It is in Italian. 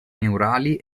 neurali